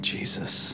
Jesus